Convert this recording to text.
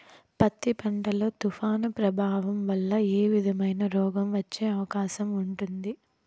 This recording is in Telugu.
పత్తి పంట లో, తుఫాను ప్రభావం వల్ల ఏ విధమైన రోగం వచ్చే అవకాశం ఉంటుంది?